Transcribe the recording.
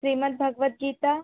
Shrimad Bhagavad Gita